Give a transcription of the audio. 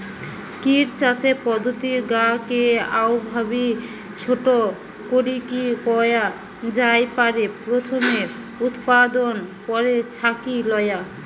kit চাষের পদ্ধতির গা কে অউভাবি ছোট করিকি কয়া জাই পারে, প্রথমে উতপাদন, পরে ছাকি লয়া